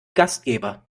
gastgeber